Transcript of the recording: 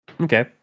Okay